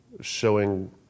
showing